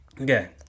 Okay